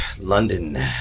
London